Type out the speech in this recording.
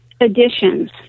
additions